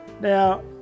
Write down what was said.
now